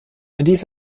dies